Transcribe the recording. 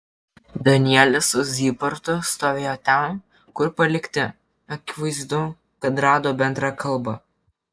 danielis su zybartu stovėjo ten kur palikti akivaizdu kad rado bendrą kalbą